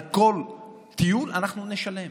על כל טיול אנחנו נשלם